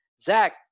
Zach